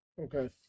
Okay